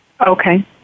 Okay